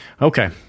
Okay